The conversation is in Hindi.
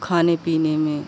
खाने पीने में